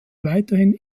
weiterhin